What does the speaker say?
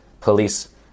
police